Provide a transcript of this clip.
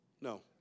No